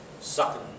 sucking